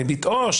ריבית עו"ש?